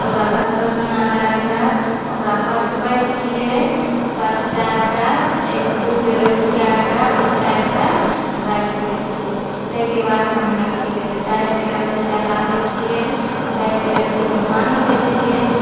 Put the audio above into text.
तऽ ओकरा भतपसौना लयकऽ ओकरा पसबैत छियै पसायकऽ एक दू बेर उझकाय कऽ उतारिकऽ राखि दैत छियै ताहिके बाद हम दालिके डेकची चढ़ाबैत छियै दालिके डेकचीमे पानी दैत छियै